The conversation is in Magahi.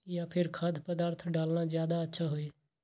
या फिर खाद्य पदार्थ डालना ज्यादा अच्छा होई?